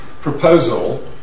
proposal